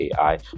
ai